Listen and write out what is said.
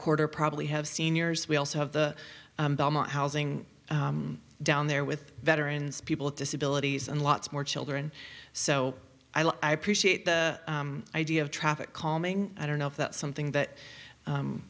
quarter probably have seniors we also have the housing down there with veterans people with disabilities and lots more children so i appreciate the idea of traffic calming i don't know if that's something that